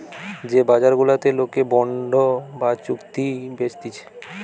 যে বাজার গুলাতে লোকে বন্ড বা চুক্তি বেচতিছে